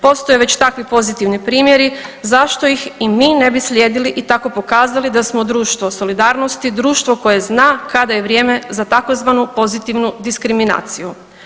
Postoje već takvi pozitivni primjeri, zašto ih i mi ne bi slijedili i tako pokazali da smo društvo solidarnosti, društvo koje zna kada je vrijeme za tzv. pozitivnu diskriminaciju.